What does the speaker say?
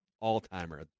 all-timer